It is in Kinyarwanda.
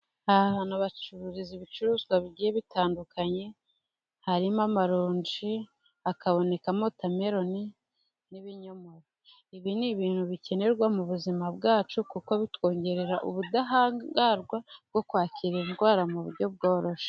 Aha hantu bahacururiza ibicuruzwa bitandukanye harimo amaronji, hkabonekamo wotameroni n'ibinyomoro. Ibi ni ibintu bikenerwa mu buzima bwacu, kuko bitwongerera ubudahangarwa bwo kwakira indwara mu buryo bworoshye.